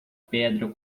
pedra